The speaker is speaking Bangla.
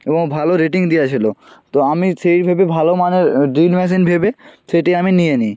এবং ভালো রেটিং দেয়া ছিলো তো আমি সেই ভেবে ভালো মানের ড্রিল মেশিন ভেবে সেটি আমি নিয়ে নিই